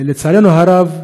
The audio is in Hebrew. לצערנו הרב,